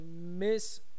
Miss